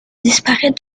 disparaît